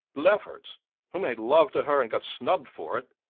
lefferts who made love to her and got snubbed for it!